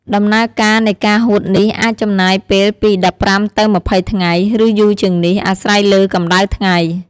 ដំណើរការនៃការហួតនេះអាចចំណាយពេលពី ១៥ ទៅ ២០ ថ្ងៃ ឬយូរជាងនេះ អាស្រ័យលើកម្ដៅថ្ងៃ។